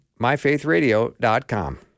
myfaithradio.com